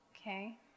Okay